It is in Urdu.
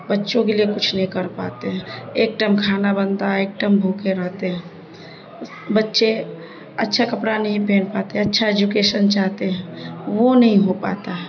بچوں کے لیے کچھ نہیں کر پاتے ہیں ایک ٹائم کھانا بنتا ایک ٹائم بھوکے رہتے ہیں بچے اچھا کپڑا نہیں پہن پاتے اچھا ایجوکیشن چاہتے ہیں وہ نہیں ہو پاتا ہے